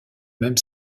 même